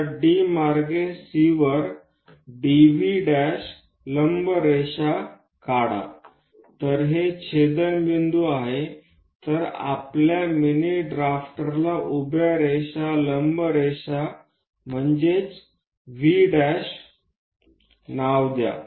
आता D मार्गे C वर DV' लंब रेषा काढा तर हे छेदनबिंदू आहे तर आपल्या मिनी ड्राफ्टरला उभ्या रेष लंब वापरा म्हणजे V' नाव द्या